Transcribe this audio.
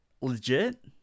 legit